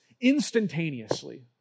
instantaneously